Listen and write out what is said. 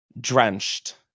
drenched